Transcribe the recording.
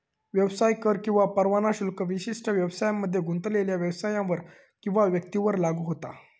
व्यवसाय कर किंवा परवाना शुल्क विशिष्ट व्यवसायांमध्ये गुंतलेल्यो व्यवसायांवर किंवा व्यक्तींवर लागू होता